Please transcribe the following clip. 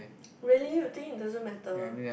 really you think it doesn't matter